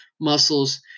muscles